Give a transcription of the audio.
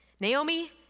Naomi